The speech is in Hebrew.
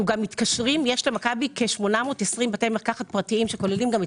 יש למכבי כ-820 בתי מרקחת פרטיים - הם גם כוללים את